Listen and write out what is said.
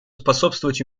способствовать